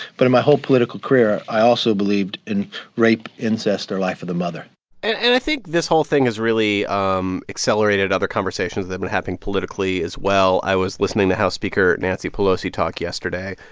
but in my whole political career, i also believed in rape, incest or life of the mother and i think this whole thing has really um accelerated other conversations that have been happening politically, as well. i was listening to house speaker nancy pelosi talk yesterday.